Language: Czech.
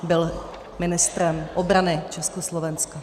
Byl ministrem obrany Československa.